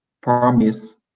promise